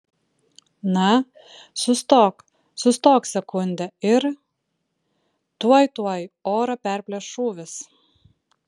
na sustok sustok sekundę ir tuoj tuoj orą perplėš šūvis